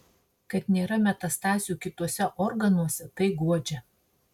kad nėra metastazių kituose organuose tai guodžia